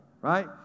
Right